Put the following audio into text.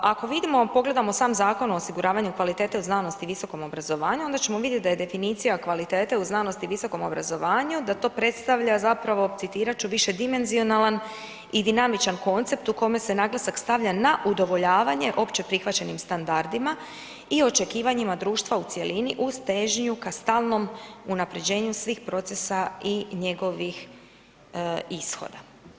Ako vidimo, pogledamo sam Zakon o osiguravanju kvalitete u znanosti i visokom obrazovanju, onda ćemo vidjeti da je definicija kvalitete u znanosti i visokom obrazovanju da to predstavlja zapravo, citirat ću: „višedimenzionalan i dinamičan koncept u kome se naglasak stavlja na udovoljavanje opće prihvaćenim standardima i očekivanjima društva u cjelini uz težnju ka stalnom unapređenju svih procesa i njegovih ishoda“